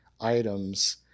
items